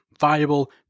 viable